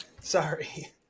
sorry